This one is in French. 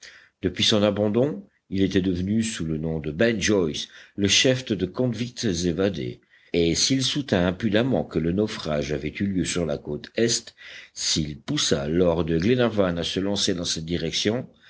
depuis son abandon il était devenu sous le nom de ben joyce le chef de convicts évadés et s'il soutint impudemment que le naufrage avait eu lieu sur la côte est s'il poussa lord glenarvan à se lancer dans cette direction